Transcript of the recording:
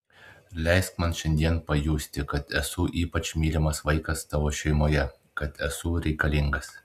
leisk man šiandien pajusti kad esu ypač mylimas vaikas tavo šeimoje kad esu reikalingas